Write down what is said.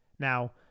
Now